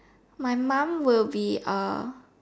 my mum will be a